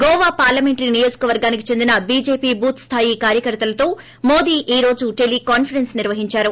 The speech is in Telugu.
గోవా పార్లమెంటరీ నియోజకవర్గానికి చెందిన బీజేపీ బూత్ స్లాయి కార్యకర్తలతో మోదీ ఈ రోజు టెలికాన్సరెస్స్ నిర్వహించారు